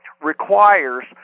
requires